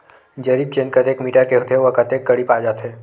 जरीब चेन कतेक मीटर के होथे व कतेक कडी पाए जाथे?